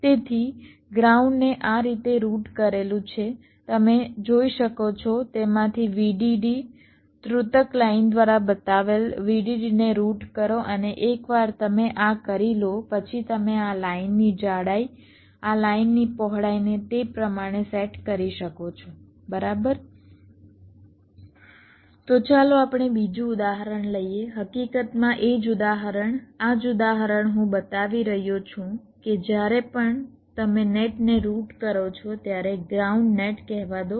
તેથી ગ્રાઉન્ડને આ રીતે રૂટ કરેલું છે તમે જોઈ શકો છો તેમાંથી VDD ત્રુટક લાઇન દ્વારા બતાવેલ VDD ને રૂટ કરો અને એકવાર તમે આ કરી લો પછી તમે આ લાઇનની જાડાઈ આ લાઇનની પહોળાઈને તે પ્રમાણે સેટ કરી શકો છો બરાબર તો ચાલો આપણે બીજું ઉદાહરણ લઈએ હકીકતમાં એ જ ઉદાહરણ આ જ ઉદાહરણ હું બતાવી રહ્યો છું કે જ્યારે પણ તમે નેટને રૂટ કરો છો ત્યારે ગ્રાઉન્ડ નેટ કહેવા દો